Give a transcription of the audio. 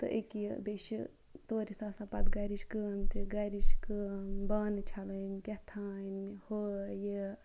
تہٕ أکیاہ یہِ بیٚیہِ چھُ تورٕ یِتھ آسان پَتہٕ گَرِچ کٲم تہِ گَرِچ کٲم بانہٕ چھَلٕنۍ کیٚتھانۍ ہہُ یہِ